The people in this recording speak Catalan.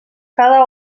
cada